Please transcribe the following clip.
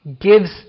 gives